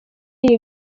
iyi